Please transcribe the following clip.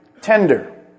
tender